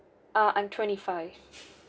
uh I'm twenty five